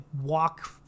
walk